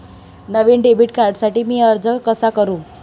नवीन debit कार्डसाठी मी अर्ज कसा करू?